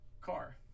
car